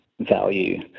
value